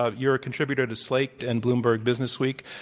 ah you're a contributor to slate and bloomberg business week.